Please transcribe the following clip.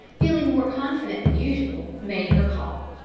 feeling more confident than usual, made her call.